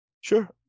Sure